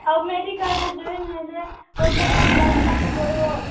ଆଉ ମେଡିକାଲରେ ଜଏନ୍ ହେଲେ ପଇସା କ'ଣ ବାନ୍ଧିବାକୁ ପଡ଼ିବ